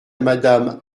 madame